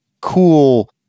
cool